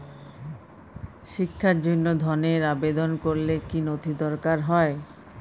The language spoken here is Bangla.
শিক্ষার জন্য ধনের আবেদন করলে কী নথি দরকার হয়?